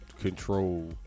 control